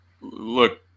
look